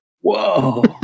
Whoa